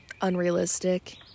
Unrealistic